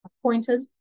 Appointed